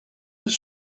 his